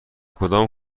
کدام